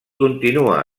continua